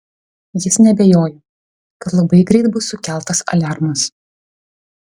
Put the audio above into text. jis neabejojo kad labai greit bus sukeltas aliarmas